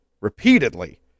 repeatedly